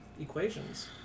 Equations